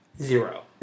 zero